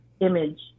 image